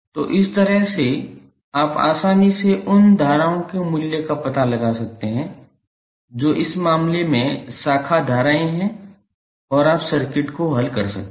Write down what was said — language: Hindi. तो इस तरह से आप आसानी से उन धाराओं के मूल्य का पता लगा सकते हैं जो इस मामले में शाखा धाराएं हैं और आप सर्किट को हल कर सकते हैं